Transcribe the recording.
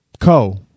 Co